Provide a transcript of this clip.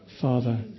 Father